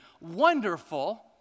Wonderful